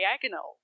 diagonal